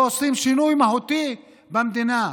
לא עושים שינוי מהותי במדינה.